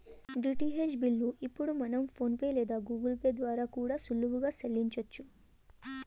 DTH bill ఇప్పుడు మనం PhonePe లేదా గూగుల్ పే ల ద్వారా కూడా సులువుగా సెల్లించొచ్చు